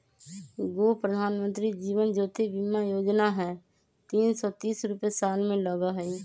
गो प्रधानमंत्री जीवन ज्योति बीमा योजना है तीन सौ तीस रुपए साल में लगहई?